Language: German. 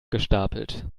gestapelt